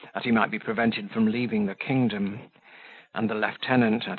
that he might be prevented from leaving the kingdom and the lieutenant,